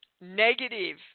negative